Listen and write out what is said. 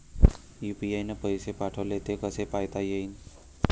UPI न पैसे पाठवले, ते कसे पायता येते?